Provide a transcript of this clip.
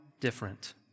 different